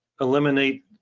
eliminate